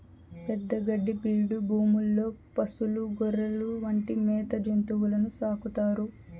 పెద్ద గడ్డి బీడు భూముల్లో పసులు, గొర్రెలు వంటి మేత జంతువులను సాకుతారు